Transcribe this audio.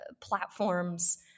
platforms